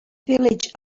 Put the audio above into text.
village